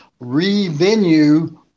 Revenue